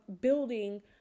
building